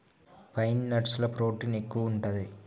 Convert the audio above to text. pine nuts ల protein ఎక్కువు ఉంటది